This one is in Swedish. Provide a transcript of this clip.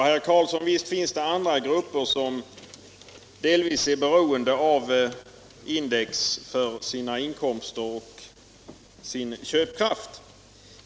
Herr talman! Visst finns det andra grupper, herr Karlsson i Ronneby, som delvis är beroende av index för sina inkomster och sin köpkraft.